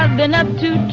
um been up to